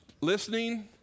Listening